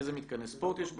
איזה מתקני ספורט יש בהם,